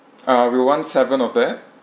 uh we want seven of that